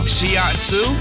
Shiatsu